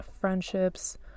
friendships